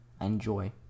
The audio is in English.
enjoy